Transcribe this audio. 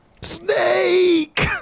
Snake